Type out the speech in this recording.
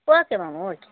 okay ma'am okay